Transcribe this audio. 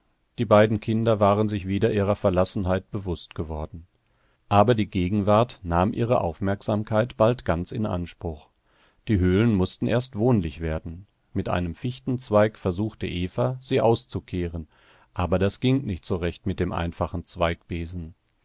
die beiden kinder waren sich wieder ihrer verlassenheit bewußt geworden aber die gegenwart nahm ihre aufmerksamkeit bald ganz in anspruch die höhlen mußten erst wohnlich werden mit einem fichtenzweig versuchte eva sie auszukehren aber das ging nicht so recht mit dem einfachen zweigbesen peter